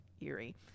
eerie